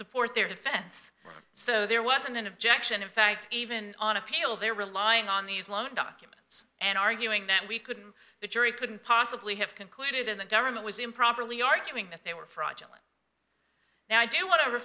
support their defense so there wasn't an objection in fact even on appeal they're relying on these loan documents and arguing that we couldn't the jury couldn't possibly have concluded and the government was improperly arguing that they were fraudulent now i do w